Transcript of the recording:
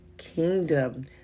Kingdom